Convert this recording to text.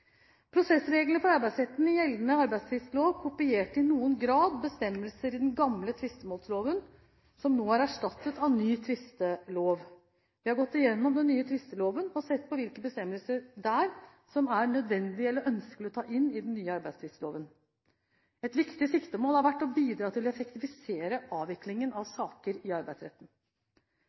Prosessreglene for Arbeidsretten i gjeldende arbeidstvistlov kopierte i noen grad bestemmelser i den gamle tvistemålsloven, som nå er erstattet av ny tvistelov. Vi har gått gjennom den nye tvisteloven og sett på hvilke bestemmelser der som det er nødvendig eller ønskelig å ta inn i den nye arbeidstvistloven. Et viktig siktemål har vært å bidra til å effektivisere avviklingen av saker for Arbeidsretten.